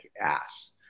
ass